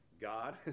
God